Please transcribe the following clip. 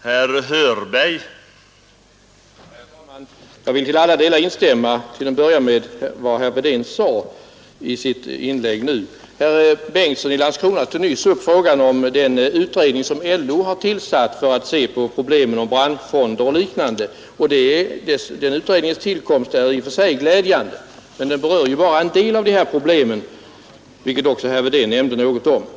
Herr talman! Jag vill till att börja med till alla delar instämma med vad herr Wedén sade i sitt inlägg nu. Herr Bengtsson i Landskrona tog nyss upp frågan om den utredning som LO tillsatt för att se på problemen om branschfonder och liknande. Utredningens tillkomst är i och för sig glädjande, men den berör bara en del av de problemen.